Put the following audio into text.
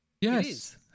Yes